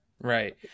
Right